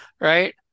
right